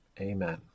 Amen